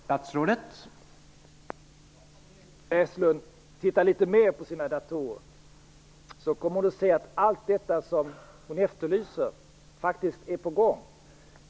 Herr talman! Om Ingrid Näslund tittar litet mer på sin dator kommer hon att se att allt detta som hon efterlyser faktiskt är på gång.